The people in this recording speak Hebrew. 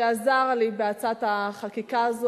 שעזר לי בהצעת החקיקה הזאת.